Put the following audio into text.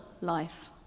life